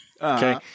okay